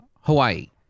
Hawaii